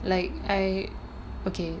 like I okay